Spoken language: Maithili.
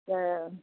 काए यऽ